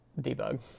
debug